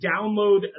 download